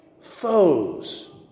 foes